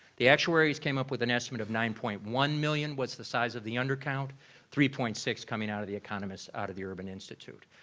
the actuaries came up with an estimate of nine point one million was the size of the undercount three point six coming out of the economists out of the urban institute.